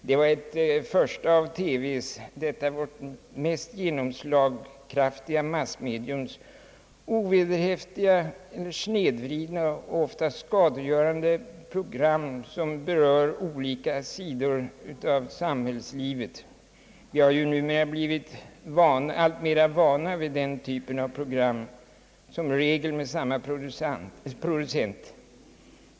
Det var ett av de första av TV:s, detta vårt mest genomslagskraftiga massmediums, ovederhäftiga, snedvridna och ofta skadegörande program som berört olika sidor av samhällslivet — vi har ju numera blivit alltmera vana vid den typen av program, som regel med samma producent.